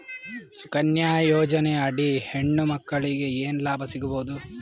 ಸುಕನ್ಯಾ ಯೋಜನೆ ಅಡಿ ಹೆಣ್ಣು ಮಕ್ಕಳಿಗೆ ಏನ ಲಾಭ ಸಿಗಬಹುದು?